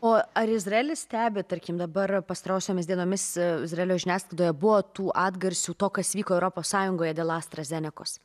o ar izraelis stebi tarkim dabar pastarosiomis dienomis izraelio žiniasklaidoje buvo tų atgarsių to kas vyko europos sąjungoje dėl astrą zenekos